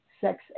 sex